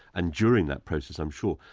and during that process, i'm sure,